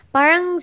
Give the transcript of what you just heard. Parang